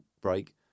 break